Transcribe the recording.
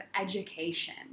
education